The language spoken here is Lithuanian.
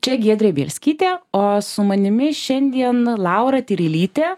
čia giedrė bielskytė o su manimi šiandien laura tyrylytė